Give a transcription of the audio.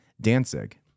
Danzig